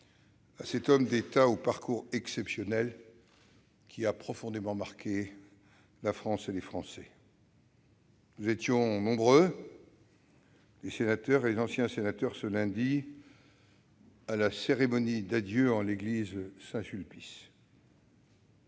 à cet homme d'État au parcours exceptionnel, qui a profondément marqué la France et les Français. Nous étions nombreux, sénateurs et anciens sénateurs, à assister avant-hier à la cérémonie d'adieu en l'église Saint-Sulpice.